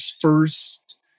first